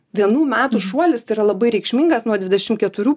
vienų metų šuolis tai yra labai reikšmingas nuo dvidešimt keturių